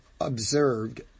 observed